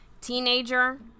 teenager